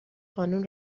قانون